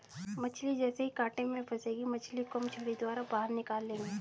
मछली जैसे ही कांटे में फंसेगी मछली को हम छड़ी द्वारा बाहर निकाल लेंगे